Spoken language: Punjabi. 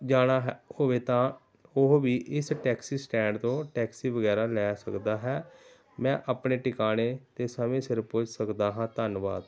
ਜਾਣਾ ਹੈ ਹੋਵੇ ਤਾਂ ਉਹ ਵੀ ਇਸ ਟੈਕਸੀ ਸਟੈਂਡ ਤੋਂ ਟੈਕਸੀ ਵਗੈਰਾ ਲੈ ਸਕਦਾ ਹੈ ਮੈਂ ਆਪਣੇ ਟਿਕਾਣੇ 'ਤੇ ਸਮੇਂ ਸਿਰ ਪੁੱਜ ਸਕਦਾ ਹਾਂ ਧੰਨਵਾਦ